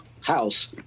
house